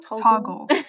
Toggle